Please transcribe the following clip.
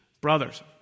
Brothers